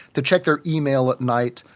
to check their email at night,